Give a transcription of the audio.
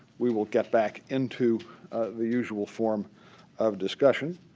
we will get back into the usual form of discussion.